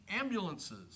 ambulances